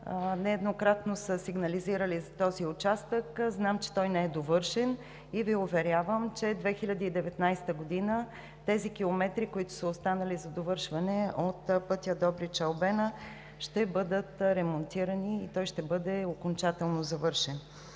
нееднократно са сигнализирали за този участък. Знам, че той не е довършен, и Ви уверявам, че 2019 г. тези километри, които са останали за довършване от пътя Добрич – „Албена“ ще бъдат ремонтирани и той ще бъде окончателно завършен.